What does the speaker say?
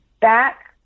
back